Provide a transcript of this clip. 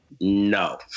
no